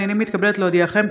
הינני מתכבדת להודיעכם,